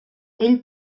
ell